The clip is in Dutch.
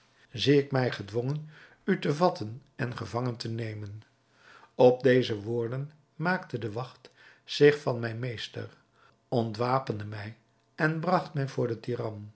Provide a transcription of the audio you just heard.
zie ik mij gedwongen u te vatten en gevangen te nemen op deze woorden maakte de wacht zich van mij meester ontwapende mij en bragt mij voor den